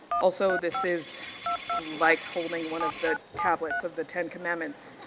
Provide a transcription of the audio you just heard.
also this is like holding one of the tablets of the ten commandments.